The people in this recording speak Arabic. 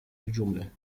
الجملة